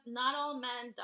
not-all-men